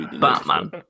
batman